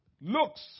looks